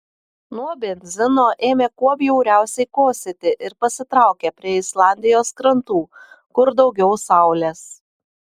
nuo benzino ėmė kuo bjauriausiai kosėti ir pasitraukė prie islandijos krantų kur daugiau saulės